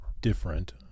different